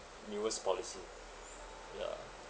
newest policy ya